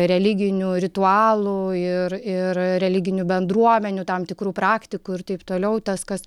religinių ritualų ir ir religinių bendruomenių tam tikrų praktikų ir taip toliau tas kas